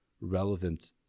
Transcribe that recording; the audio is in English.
relevant